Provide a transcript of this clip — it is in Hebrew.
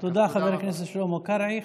תודה, חבר הכנסת שלמה קרעי.